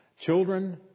Children